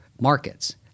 markets